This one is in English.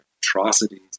atrocities